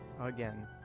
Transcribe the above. Again